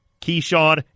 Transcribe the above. Keyshawn